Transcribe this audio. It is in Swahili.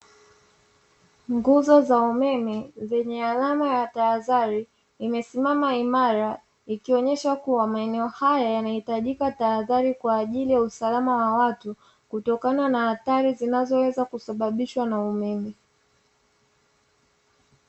Nguzo za umeme zenye alama ya tahadhari imesimama imara ikionyesha kuwa, maeneo haya yanahitajika tahadhari kwa ajili ya usalama wa watu. Kutokana na hatari zinazoweza kusababishwa na umeme.